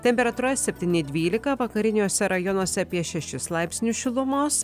temperatūra septyni dvylika vakariniuose rajonuose apie šešis laipsnius šilumos